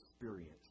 experience